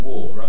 War